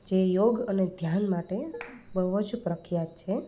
જે યોગ અને ધ્યાન માટે બહુ જ પ્રખ્યાત છે